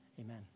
Amen